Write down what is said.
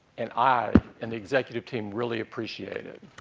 and i and the executive team really appreciate it.